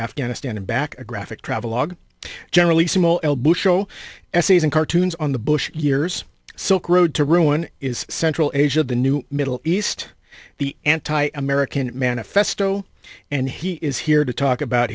afghanistan and back a graphic travelogue generally small show essays and cartoons on the bush years silk road to ruin is central asia of the new middle east the anti american manifesto and he is here to talk about